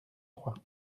trois